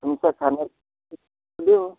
तुमचं सांगाल तर देऊ